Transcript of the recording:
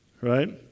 right